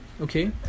Okay